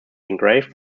engraved